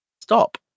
stop